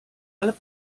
alle